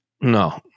No